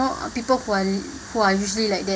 people who are who are usually like that